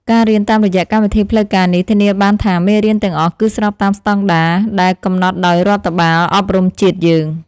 ការរៀនតាមរយៈកម្មវិធីផ្លូវការនេះធានាបានថាមេរៀនទាំងអស់ គឺស្របតាមស្តង់ដារដែលកំណត់ដោយរដ្ឋបាលអប់រំជាតិយើង។